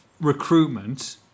recruitment